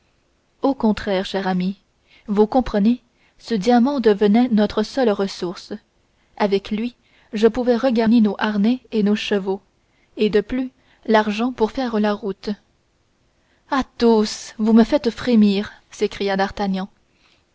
au contraire cher ami vous comprenez ce diamant devenait notre seule ressource avec lui je pouvais regagner nos harnais et nos chevaux et de plus l'argent pour faire la route athos vous me faites frémir s'écria